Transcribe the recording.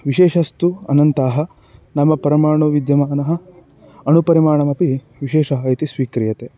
विशेषस्तु अनन्ताः नाम परमाणुविद्यमानः अणुपरिमाणमपि विशेषः इति स्वीक्रियते